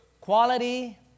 Quality